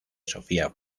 sofía